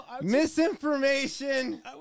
Misinformation